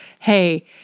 hey